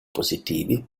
positivi